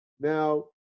now